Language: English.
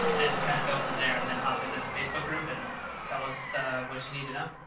um and kind of go from there and then hop into the facebook group and tell us what you need to know.